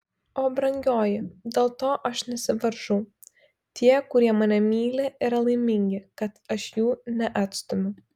o brangioji dėl to aš nesivaržau tie kurie mane myli yra laimingi kad aš jų neatstumiu